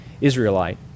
Israelite